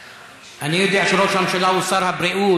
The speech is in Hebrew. אני יודע שראש הממשלה הוא שר הבריאות,